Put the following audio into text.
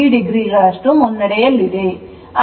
3o ರಷ್ಟು ಮುನ್ನಡೆಯಲ್ಲಿದೆ